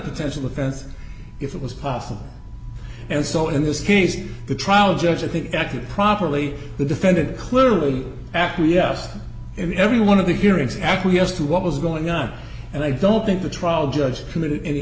potential offense if it was possible and so in this case the trial judge i think acted properly the defendant clearly acquiesced in every one of the hearings acquiesce to what was going on and i don't think the trial judge committed any